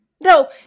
No